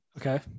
Okay